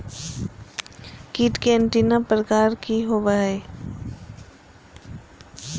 कीट के एंटीना प्रकार कि होवय हैय?